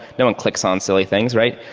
no one clicks on silly things, right?